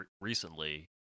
recently